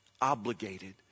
obligated